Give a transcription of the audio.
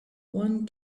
one